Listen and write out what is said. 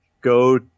go